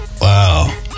Wow